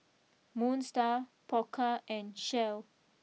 Moon Star Pokka and Shell